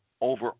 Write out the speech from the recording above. over